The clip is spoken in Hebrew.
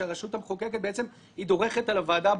שהרשות המחוקקת בעצם דורכת על הוועדה הבוחנת,